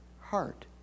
heart